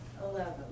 Eleven